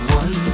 one